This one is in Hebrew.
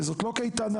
וזאת לא קייטנה,